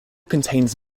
contains